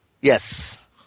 Yes